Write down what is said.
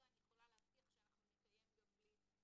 אני יכולה להבטיח שאנחנו נקיים גם בלי זה.